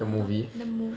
the movie